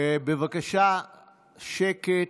בבקשה שקט.